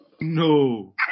no